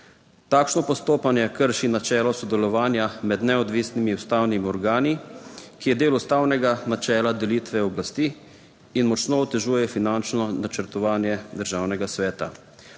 Takšno postopanje krši načelo sodelovanja med neodvisnimi ustavnimi organi, ki je del ustavnega načela delitve oblasti in močno otežuje finančno načrtovanje Državnega sveta.